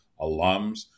alums